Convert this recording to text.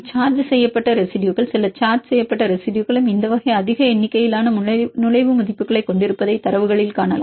charge செய்யப்பட்ட ரெசிடுயுகள் சில சார்ஜ் செய்யப்பட்ட ரெசிடுயுகளும் இந்த வகை அதிக எண்ணிக்கையிலான நுழைவு மதிப்புகளைக் கொண்டிருப்பதை தரவுகளில் காணலாம்